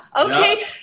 Okay